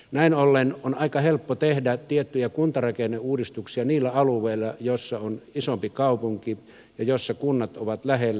näin ollen on aika helppo tehdä tiettyjä kuntarakenneuudistuksia niillä alueilla joilla on isompi kaupunki ja joilla kunnat ovat lähellä